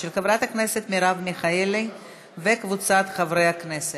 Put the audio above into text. של חברת הכנסת מרב מיכאלי וקבוצת חברי הכנסת.